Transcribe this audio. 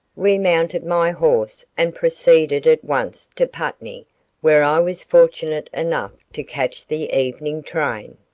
remounted my horse and proceeded at once to putney where i was fortunate enough to catch the evening train.